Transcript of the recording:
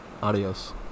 Adios